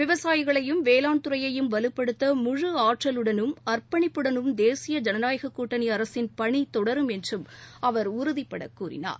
விவசாயிகளையும் வேளாண் துறையயும் வலுப்படுத்த முழு ஆற்றலுடனும் அர்ப்பணிப்புடனும் தேசிய ஜனநாயகக் கூட்டணி அரசின் பணி தொடரும் என்றும் அவர் உறுதிபட கூறினார்